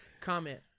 Comment